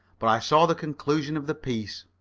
but i saw the conclusion of the piece.